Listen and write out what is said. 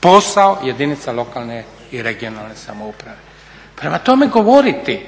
posao jedinica lokalne i regionalne samouprave. Prema tome, govoriti